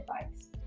advice